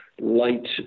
light